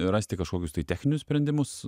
rasti kažkokius tai techninius sprendimus